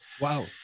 wow